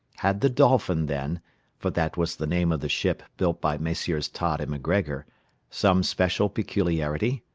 had the dolphin, then for that was the name of the ship built by messrs. tod and macgregor some special peculiarity?